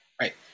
right